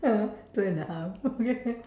ah two and a half okay